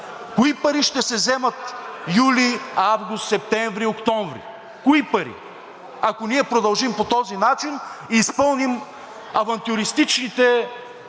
кои пари ще се вземат юли, август, септември, октомври? Кои пари, ако ние продължим по този начин и изпълним авантюристичните